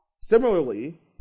Similarly